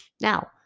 Now